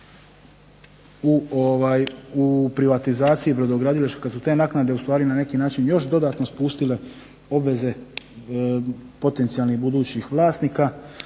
u privatizaciju brodogradilišta, kada su te naknade ustvari na neki način još dodatno spustile obveze potencijalnih budućih vlasnika,